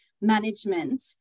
management